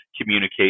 communicate